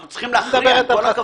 אנחנו צריכים להכריע, עם כל הכבוד.